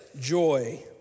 joy